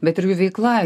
bet ir jų veikla